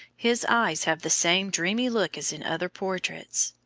his eyes have the same dreamy look as in other portraits.